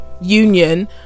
union